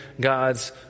God's